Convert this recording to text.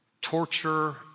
torture